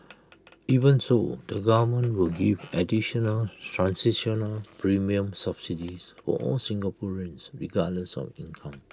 even so the government will give additional transitional premium subsidies for all Singaporeans regardless of income